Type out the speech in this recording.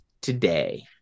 today